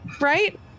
right